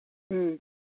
ꯎꯝ